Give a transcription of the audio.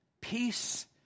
peace